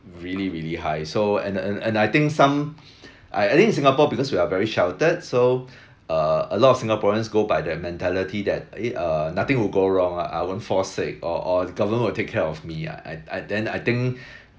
really really high so and and and I think some I think in singapore because we are very sheltered so err a lot of singaporeans go by their mentality that eh err nothing will go wrong uh I won't fall sick or or government will take care of me ah I I then I think